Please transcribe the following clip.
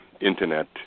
Internet